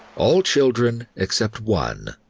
all children, except one,